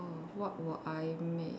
what will I make